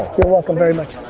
welcome very much.